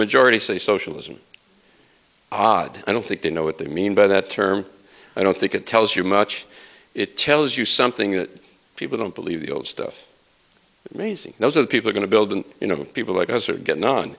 majority say socialism odd i don't think they know what they mean by that term i don't think it tells you much it tells you something that people don't believe the old stuff may think those are the people going to build and you know people like us are getting on